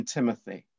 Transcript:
Timothy